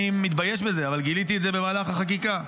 אני מתבייש בזה, אבל גיליתי את זה במהלך החקיקה.